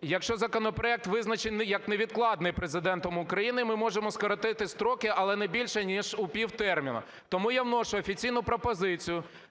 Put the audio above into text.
…якщо законопроект визначений як невідкладний Президентом України, ми можемо скоротити строки, але не більше ніж у півтерміну. Тому я вношу офіційну пропозицію